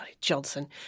Johnson